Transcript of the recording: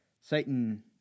Satan